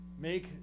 make